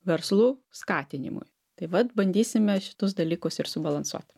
verslų skatinimui tai vat bandysime šitus dalykus ir subalansuot